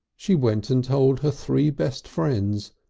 she went and told her three best friends,